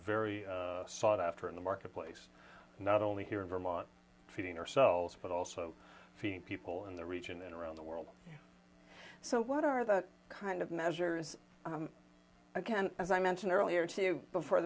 very sought after in the marketplace not only here in vermont feeding ourselves but also feeding people in the region and around the world so what are the kind of measures i can as i mentioned earlier to you before